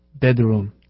bedroom